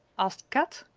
asked kat.